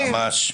ממש...